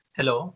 Hello